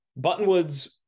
buttonwoods